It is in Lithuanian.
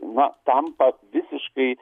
na tampa visiškai